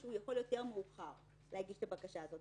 שהוא יכול יותר מאוחר להגיש את הבקשה הזאת,